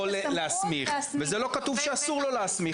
להסמיך וזה לא כתוב שאסור לו להסמיך,